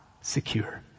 secure